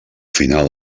final